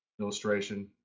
illustration